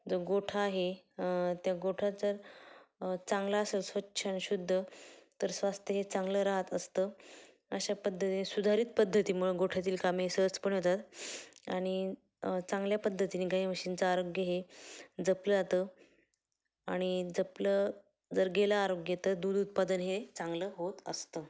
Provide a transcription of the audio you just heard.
जो गोठा आहे त्या गोठा जर चांगला असेल स्वच्छ आणि शुद्ध तर स्वास्थ्य हे चांगलं राहत असतं अशा पद्धतीने सुधारित पद्धतीमुळे गोठ्यातील कामे सहज पण होतात आणि चांगल्या पद्धतीनी गाई म्हशींचं आरोग्य हे जपलं जातं आणि जपलं जर गेलं आरोग्य तर दूध उत्पादन हे चांगलं होत असतं